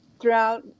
throughout